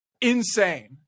insane